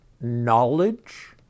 knowledge